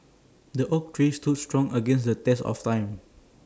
the oak tree stood strong against the test of time